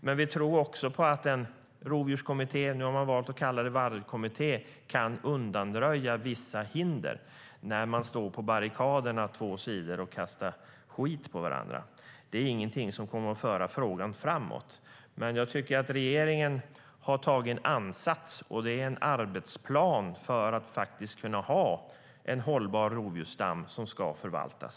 Men vi tror också att den rovdjurskommitté som finns - man har nu valt att kalla den vargkommitté - kan undanröja vissa hinder när två sidor står på barrikaderna och kastar skit på varandra, vilket inte kommer att föra frågan framåt. Men jag tycker att regeringen har gjort en ansats till en arbetsplan för att man faktiskt ska kunna ha en hållbar rovdjursstam som ska förvaltas.